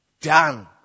done